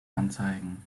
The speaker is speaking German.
anzeigen